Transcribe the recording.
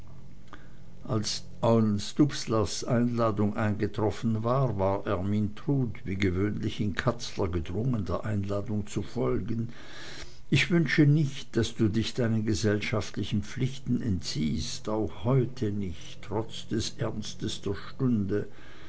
als dubslavs einladung eingetroffen war war ermyntrud wie gewöhnlich in katzler gedrungen der einladung zu folgen ich wünsche nicht daß du dich deinen gesellschaftlichen pflichten entziehst auch heute nicht trotz des ernstes der stunde